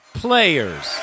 players